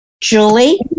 Julie